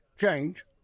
Change